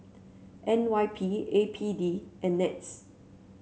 N Y P A P D and NETS